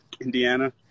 Indiana